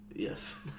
Yes